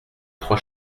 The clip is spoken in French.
trois